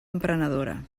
emprenedora